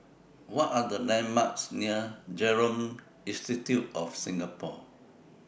What Are The landmarks near Genome Institute of Singapore